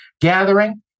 gathering